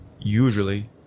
Usually